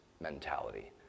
mentality